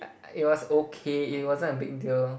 I it was okay it wasn't a big deal